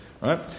Right